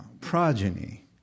progeny